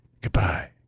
Goodbye